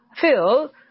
Phil